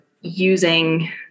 using